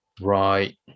Right